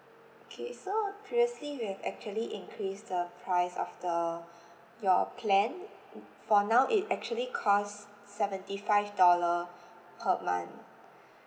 okay so previously we have actually increase the price of the your plan for now it actually cost s~ seventy five dollar per month